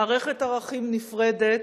מערכת ערכים נפרדת,